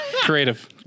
Creative